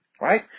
Right